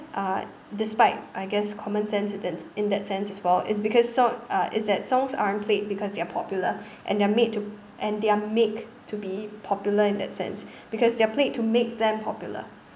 uh despite I guess common sense in the in that sense is well is because so~ uh is that songs aren't played because they're popular and they're made to and they're make to be popular in that sense because they're played to make them popular